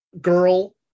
girl